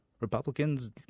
Republicans